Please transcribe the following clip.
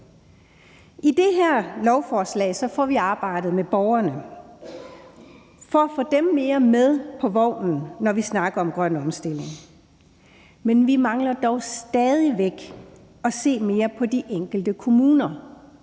I det her lovforslag får vi arbejdet med borgerne for at få dem mere med på vognen, når vi snakker om grøn omstilling. Men vi mangler dog stadig væk at se mere på de enkelte kommuner